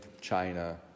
china